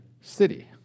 city